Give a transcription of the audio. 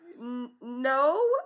no